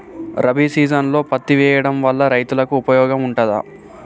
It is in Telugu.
రబీ సీజన్లో పత్తి వేయడం వల్ల రైతులకు ఉపయోగం ఉంటదా?